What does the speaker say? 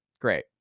Great